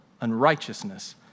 unrighteousness